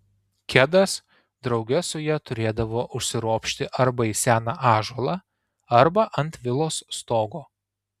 kedas drauge su ja turėdavo užsiropšti arba į seną ąžuolą arba ant vilos stogo